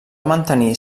mantenir